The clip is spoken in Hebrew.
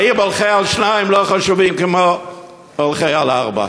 האם הולכי על שניים לא חשובים כמו הולכי על ארבע?